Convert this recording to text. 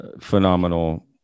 phenomenal